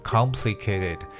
Complicated